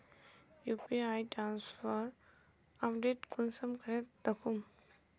UPI transfer update कुंसम करे दखुम?